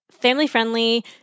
family-friendly